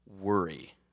Worry